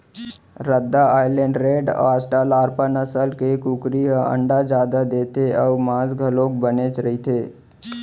रद्दा Island Red, Australorp नसल के कुकरी ह अंडा जादा देथे अउ मांस घलोक बनेच रहिथे